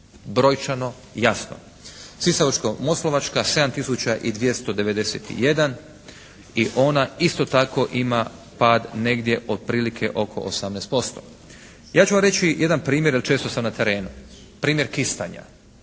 Brojčano jasno. Sisačko-moslavačka 7 tisuća i 291 i ona isto tako ima pad negdje otprilike oko 18%. Ja ću vam reći jedan primjer, jer često sam na terenu, primjer Kistanja.